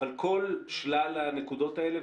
אבל כל שלל הנקודות האלה,